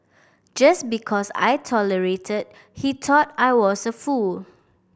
just because I tolerated he thought I was a fool